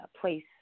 place